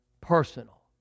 Personal